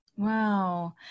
Wow